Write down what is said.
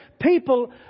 People